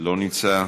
לא נמצא,